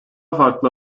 farklı